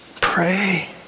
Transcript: pray